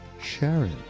Sharon